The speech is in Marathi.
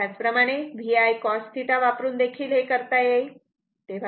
त्याच प्रमाणे VI cos θ वापरून देखील करता येईल